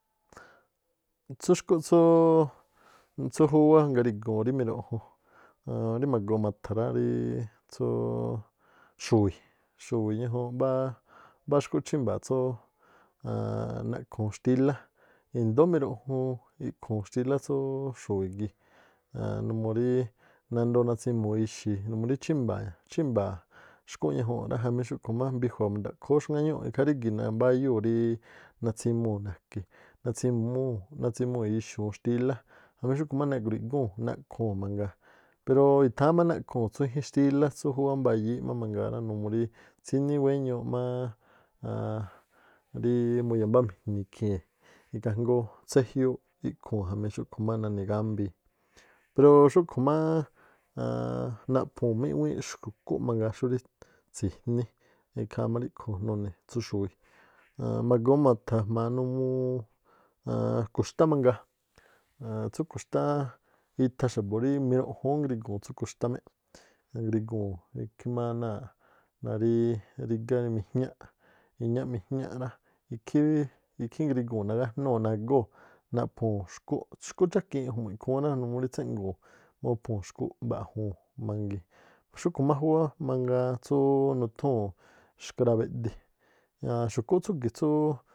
Tsú xkúꞌ tsúú júwá nagari̱guu̱n rí miruꞌjun, aan rí ma̱goo ma̱tha̱ rá ríí tsúú xu̱wi̱, xu̱wi̱ ñajuun mbáá xkúꞌ chímba̱a̱ tsú naꞌkhuu̱n aanꞌ xtílá, i̱ndóó miruꞌjun ikhuu̱n xtílá tsú xu̱wi̱ gii̱, numuu rí nandoo natsimuu̱ ixi̱ numuu rí chímba̱a̱, chímba̱a̱ xkuꞌ ñajuu̱nꞌ rá, jamí xúkhu̱ má mbiꞌjua̱ mindaꞌkhoo ú xŋáñuu̱ꞌ, ikhaa rígi̱ꞌ nambáyuu̱ rí natsimuu̱ na̱ke̱ natsímúu̱ natsimuu̱ ixuu̱n xtílá ́, jamí xúꞌkhu̱ má negrui̱ꞌgúu̱n naꞌkhúu̱n mangaa pero i̱tháa̱n má naꞌkhuu̱n tsú i̱jín-xtílá tsú júwá mbayííꞌ má mangaa rá, numuu rí tsíní wé̱ñuuꞌ máá rí muyámbámi̱jni̱ ikhii̱n ikhaa jngóó tséjiúúꞌ ikhuu̱n jamí xúꞌkhu̱ má naꞌni gámbii̱n pero xúꞌkhu̱ máá naꞌhuu̱n i̱ꞌwíínꞌ xkúꞌ mangaa, xúrí, tsi̱jní, ikhaa má ríꞌkhu̱ nuni̱ tsú xu̱wi̱. ma̱goo ma̱tha̱ jma̱a numuu ku̱xtá mangaa, aan tsú ku̱xtá itha xa̱bu̱ rí miruꞌjun ú ngrigo̱o̱ tsú ku̱xtá méꞌ, ngriguu̱n ikhí má náa̱ꞌ náa̱ ríí rígá rí nijñáꞌ iñáꞌ mijñá rá ikhí ngriguu̱n nagájnúu̱ nagóo̱ naꞌphuu̱n xkúꞌ, xkú chákiinꞌ ju̱mu̱ꞌ ikhúún rá numuu rí tséꞌnguu̱n óphuu̱n xkuꞌ mba̱ꞌjuu̱n mangiin. Xúꞌkhu̱ má júwá mangiin tsú nuthúu̱n xka̱ra̱beꞌdi aan xu̱kúꞌ tsúgi̱ꞌ tsúú.